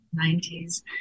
90s